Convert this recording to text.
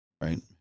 right